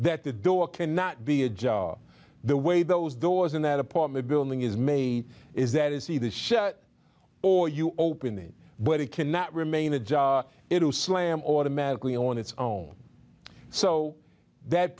that the door can not be a job the way those doors in that apartment building is made is that it's either or you open it but it cannot remain a job is to slam automatically on its own so that